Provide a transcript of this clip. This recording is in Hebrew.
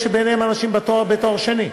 יש ביניהם אנשים בעלי תואר שני.